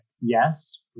yes